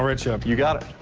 write you up. you got it.